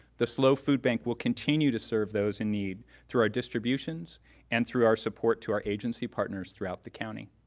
the slo food bank will continue to serve those in need through our distributions and through our support to our agency partners throughout the county.